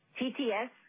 TTS